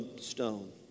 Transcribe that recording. stone